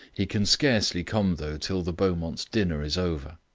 he can scarcely come though till the beaumonts' dinner is over.